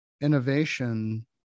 innovation